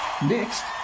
Next